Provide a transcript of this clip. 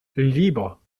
libre